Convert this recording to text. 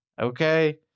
okay